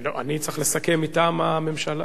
אני צריך לסכם מטעם הקואליציה.